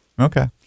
Okay